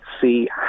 see